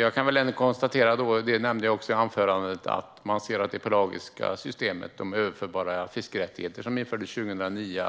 Jag kan väl konstatera, vilket jag också nämnde i mitt anförande, att man gör bedömningen att det pelagiska systemet med de överförbara fiskerättigheter som infördes 2009